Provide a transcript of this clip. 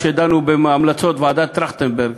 כשדנו בהמלצות ועדת טרכטנברג,